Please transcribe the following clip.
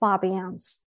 Fabian's